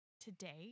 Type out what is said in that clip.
today